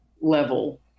level